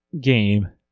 game